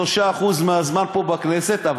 3% מהזמן פה בכנסת,